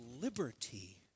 liberty